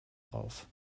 drauf